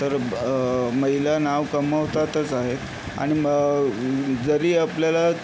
तर महिला नाव कमावतातच आहेत आणि जरी आपल्याला